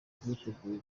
bwiteguye